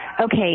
Okay